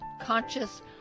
Conscious